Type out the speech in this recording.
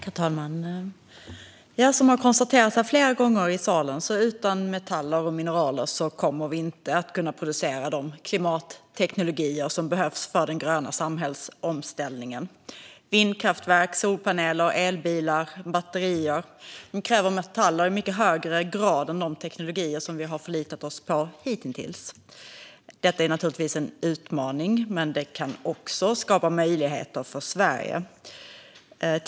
Herr talman! Som vi har konstaterat flera gånger här i salen: Utan metaller och mineral kommer vi inte att kunna producera de klimatteknologier som behövs för den gröna samhällsomställningen. Vindkraftverk, solpaneler, elbilar och batterier kräver metaller i mycket högre grad än de teknologier som vi hittills har förlitat oss på. Detta är naturligtvis en utmaning, men det kan också skapa möjligheter för Sverige.